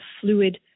fluid